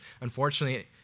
Unfortunately